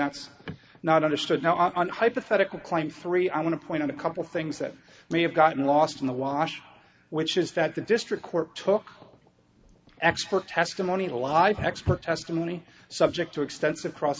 that's not understood now on hypothetical client three i want to point out a couple things that may have gotten lost in the wash which is that the district court took expert testimony to live expert testimony subject to extensive cross